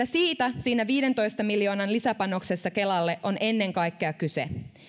siitä siinä viidentoista miljoonan lisäpanoksessa kelalle on ennen kaikkea kyse